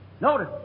Notice